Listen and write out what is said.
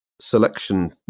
selection